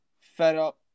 fed-up